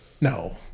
No